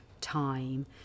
time